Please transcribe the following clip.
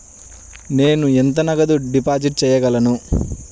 నేను ఎంత నగదు డిపాజిట్ చేయగలను?